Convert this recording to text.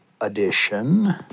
Edition